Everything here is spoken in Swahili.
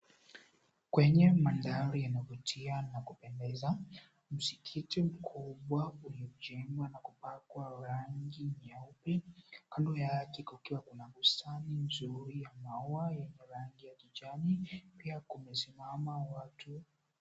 Kwenye manthari yanayovutia na kupendeza, msikiti mkubwa uliojengwa na kupakwa rangi nyeupe, kando yake kukiwa na bustani nzuri ya maua yenye rangi ya kijani, pia kumesimama watu.